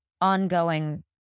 ongoing